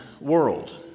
World